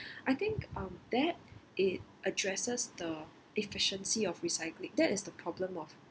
I think um that it addresses the efficiency of recycling that is the problem of